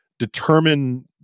determine